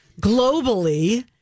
globally